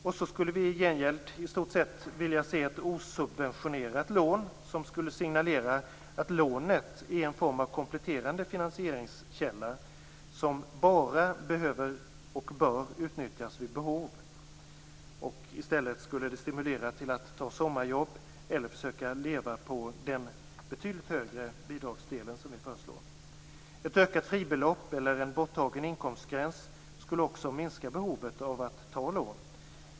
I gengäld vill vi se ett i stort sett osubventionerat lån som skulle signalera att lånet är en form av kompletterande finansieringskälla som bara bör utnyttjas vid behov. I stället skall det stimulera till att ta sommarjobb eller att försöka leva på den betydligt högre bidragsdelen. Ett ökat fribelopp eller en borttagen inkomstgräns skulle också minska behovet av att ta lån.